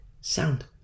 sound